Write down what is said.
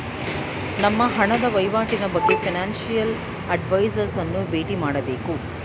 ನಮ್ಮ ಹಣದ ವಹಿವಾಟಿನ ಬಗ್ಗೆ ಫೈನಾನ್ಸಿಯಲ್ ಅಡ್ವೈಸರ್ಸ್ ಅನ್ನು ಬೇಟಿ ಮಾಡಬೇಕು